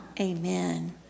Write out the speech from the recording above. Amen